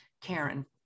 Karen